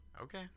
Okay